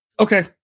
okay